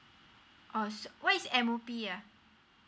oh what is M_O_P yea